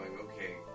okay